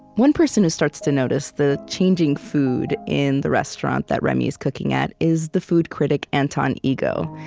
one person who starts to notice the changing food in the restaurant that remy is cooking at is the food critic anton ego.